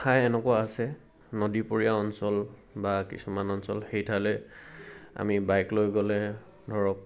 ঠাই এনেকুৱা আছে নদীপৰীয়া অঞ্চল বা কিছুমান অঞ্চল সেই ঠাইলে আমি বাইক লৈ গ'লে ধৰক